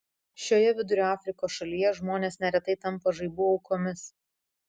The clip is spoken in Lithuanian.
šioje vidurio afrikos šalyje žmonės neretai tampa žaibų aukomis